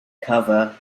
cover